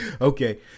Okay